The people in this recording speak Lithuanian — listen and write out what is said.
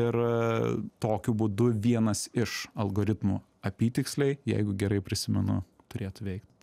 ir tokiu būdu vienas iš algoritmų apytiksliai jeigu gerai prisimenu turėtų veikt